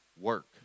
work